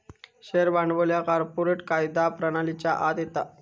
share भांडवल ह्या corporate कायदा प्रणालीच्या आत येता